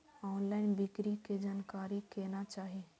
Online बिक्री के जानकारी केना चाही?